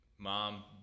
mom